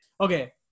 Okay